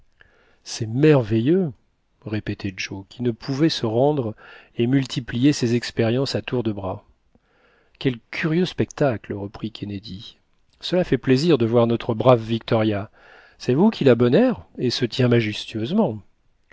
c'est merveilleux répétait joe qui ne pouvait se rendre et multipliait ses expériences à tour de bras quel curieux spectacle reprit kennedy cela fait plaisir de voir notre brave victoria savez-vous qu'il a bon air et se tient majestueusement